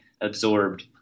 absorbed